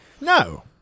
No